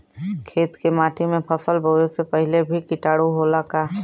खेत के माटी मे फसल बोवे से पहिले भी किटाणु होला का?